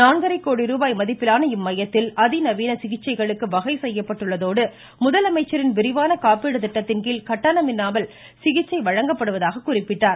நான்கரைகோடிருபாய் மதிப்பிலான இம்மையத்தில் அதிநவீன சிகிச்சைகளுக்கு வகை செய்யப்பட்டுள்ள தோடு முதலமைச்சரின் விரிவான காப்பீடு திட்டத்தின்கீழ் கட்டணமில்லாமல் சிகிச்சை வழங்கப்படுவதாக குறிப்பிட்டார்